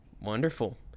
Wonderful